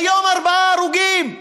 היום, ארבעה הרוגים,